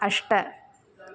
अष्ट